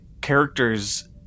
characters